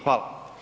Hvala.